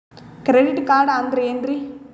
Credit card ಅಂದ್ರ ಏನ್ರೀ?